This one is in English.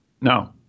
No